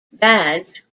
badge